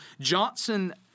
Johnson